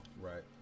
Right